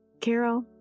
Carol